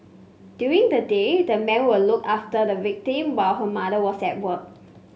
during the day the man would look after the victim while her mother was at work